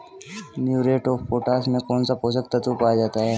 Muriate of potash में कौन सा पोषक तत्व पाया जाता है?